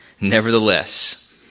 Nevertheless